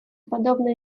подобные